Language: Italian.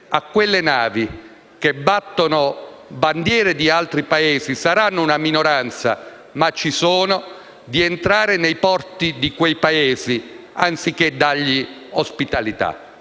a quelle navi che battono bandiere di altri Paesi (saranno una minoranza, ma ci sono) di entrare nei porti di quei Paesi, anziché dare ospitalità.